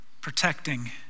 protecting